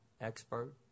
expert